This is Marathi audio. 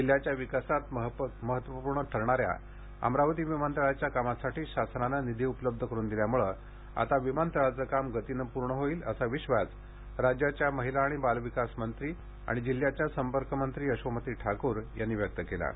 जिल्ह्याच्या विकासात महत्वपूर्ण ठरणाऱ्या अमरावती विमानतळाच्या कामासाठी शासनाने निधी उपलब्ध करून दिल्यामुळे आता विमानतळाचे काम गतीने पूर्ण होईल असा विश्वास राज्याच्या महिला आणि बालविकास मंत्री आणि जिल्ह्याच्या पालकमंत्री यशोमती ठाकूर यांनी व्यक्त केला आहे